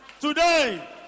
today